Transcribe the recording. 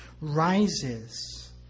rises